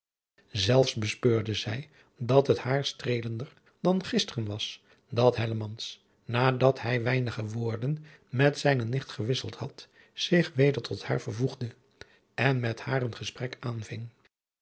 zelfs befpeurde zij dat het haar streelender dan gisteren was dat hellemans nadat hij weinige woorden met zijne nicht gewisseld had zich weder tot haar vervoegde en met haar een gesprek aanving